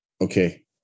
Okay